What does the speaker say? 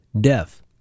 Death